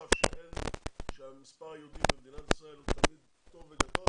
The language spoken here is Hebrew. למצב שמספר היהודים במדינת ישראל הוא תמיד טוב וגדול,